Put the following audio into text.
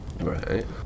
Right